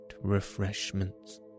refreshments